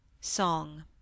Song